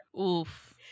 Oof